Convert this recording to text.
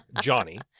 Johnny